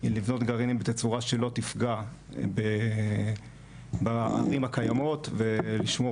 לבנות גרעינים בתצורה שלא תפגע בערים הקיימות ולשמור